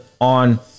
on